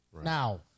now